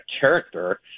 character